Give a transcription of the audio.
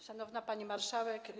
Szanowna Pani Marszałek!